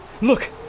Look